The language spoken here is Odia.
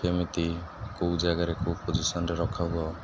କେମିତି କେଉଁ ଜାଗାରେ କେଉଁ ପୋଜିସନରେ ରଖା ହବ